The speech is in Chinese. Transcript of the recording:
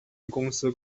公司